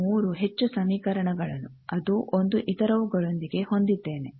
ನಾನು ಮೂರು ಹೆಚ್ಚು ಸಮೀಕರಣಗಳನ್ನು ಅದೂ ಒಂದು ಇತರವುಗಳೊಂದಿಗೆ ಹೊಂದಿದ್ದೇನೆ